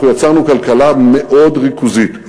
אנחנו יצרנו כלכלה מאוד ריכוזית,